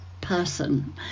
person